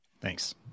Thanks